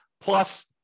plus